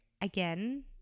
again